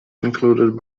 included